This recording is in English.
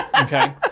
Okay